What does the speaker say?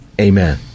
Amen